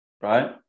right